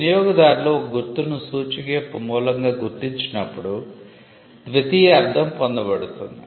వినియోగదారులు ఒక గుర్తును సూచిక యొక్క మూలంగా గుర్తించినప్పుడు ద్వితీయ అర్ధం పొందబడుతుంది